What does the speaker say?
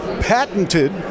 patented